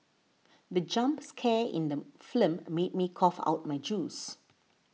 the jump scare in the film made me cough out my juice